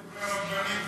אין לך עוד דברי רבנים,